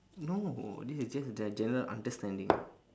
no this is just their general understanding